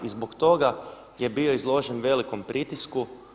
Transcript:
I zbog toga je bio izložen velikom pritisku.